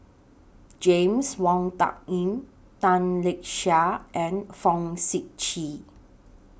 James Wong Tuck Yim Tan Lark Sye and Fong Sip Chee